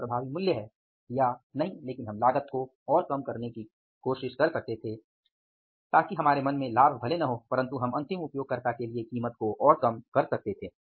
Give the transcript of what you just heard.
तो वह प्रभावी मूल्य है या नहीं लेकिन हम लागत को और कम करने की कोशिश कर सकते थे ताकि हमारे मन में लाभ भले न हो परन्तु हम अंतिम उपयोगकर्ता के लिए कीमत को और कम कर सकते थे